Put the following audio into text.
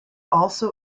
also